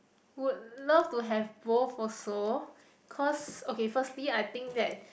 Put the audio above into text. would love to have both also cause okay firstly I think that